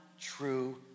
true